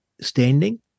standing